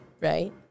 right